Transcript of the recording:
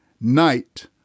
night